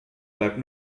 bleibt